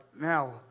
Now